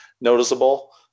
noticeable